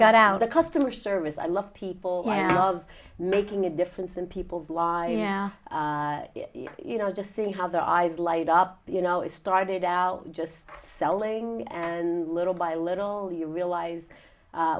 got out a customer service i love people i love making a difference in people's lives you know just seeing how their eyes light up you know it started out just selling and little by little you realize